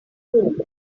room